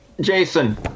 Jason